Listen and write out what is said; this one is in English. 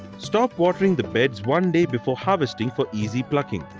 stop watering the beds one day before harvesting for easy plucking.